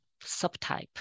subtype